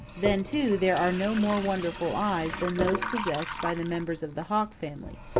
then, too, there are no more wonderful eyes than those possessed by the members of the hawk family.